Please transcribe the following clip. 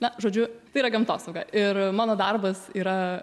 na žodžiu tai yra gamtosauga ir mano darbas yra